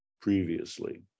previously